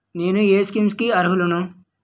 నేను ఏ స్కీమ్స్ కి అరుహులను?